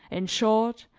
in short,